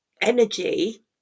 energy